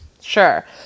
Sure